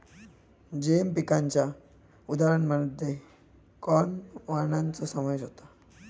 GM पिकांच्या उदाहरणांमध्ये corn वाणांचो समावेश होता